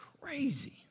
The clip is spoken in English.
crazy